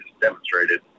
demonstrated